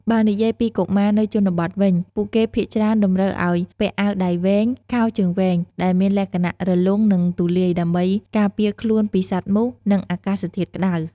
បើនិយាយពីកុមារនៅជនបទវិញ ពួកគេភាគច្រើនតម្រូវឲ្យពាក់អាវដៃវែងខោជើងវែងដែលមានលក្ខណៈរលុងនិងទូលាយដើម្បីការពារខ្លួនពីសត្វមូសនិងអាកាសធាតុក្ដៅ។